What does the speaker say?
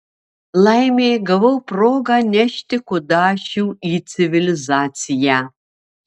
laimė gavau progą nešti kudašių į civilizaciją